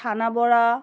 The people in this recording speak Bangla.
ছানাপোড়া